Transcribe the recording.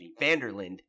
Vanderland